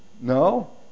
no